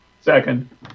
second